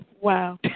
Wow